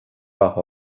rath